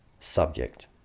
subject